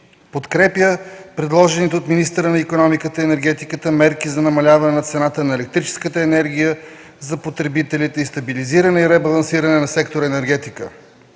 Подкрепя предложените от министъра на икономиката и енергетиката мерки за намаляване на цената на електрическата енергия за потребителите и стабилизиране и ребалансиране на сектор „Енергетика”.